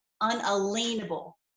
unalienable